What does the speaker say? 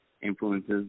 influences